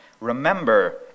Remember